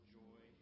joy